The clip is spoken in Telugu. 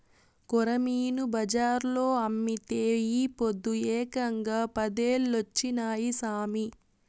కొరమీను బజార్లో అమ్మితే ఈ పొద్దు ఏకంగా పదేలొచ్చినాయి సామి